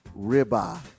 ribeye